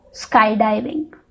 skydiving